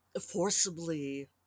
forcibly